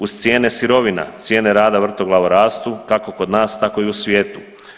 Uz cijene sirovina, cijene rada vrtoglavo rastu, kako kod nas, tako i u svijetu.